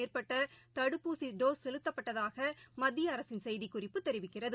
மேற்பட்டதடுப்பூசிடோஸ் செலுத்தப்பட்டதாகமத்தியஅரசின் செய்திக்குறிப்பு தெரிவிக்கிறது